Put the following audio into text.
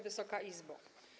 Wysoka Izbo!